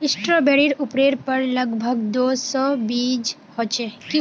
स्ट्रॉबेरीर उपरेर पर लग भग दो सौ बीज ह छे